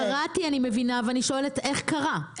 שואלת איך קרה.